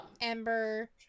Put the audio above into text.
Ember